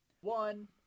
one